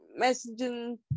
messaging